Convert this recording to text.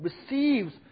receives